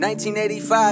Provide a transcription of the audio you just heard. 1985